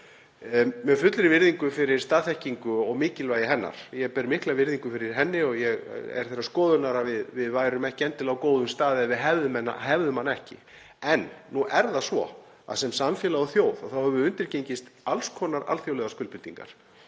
Með fullri virðingu fyrir staðþekkingu og mikilvægi hennar, ég ber mikla virðingu fyrir henni og ég er þeirrar skoðunar að við værum ekki endilega á góðum stað ef við hefðum hana ekki, er það nú svo að sem samfélag og þjóð höfum við undirgengist alls konar alþjóðlegar skuldbindingar,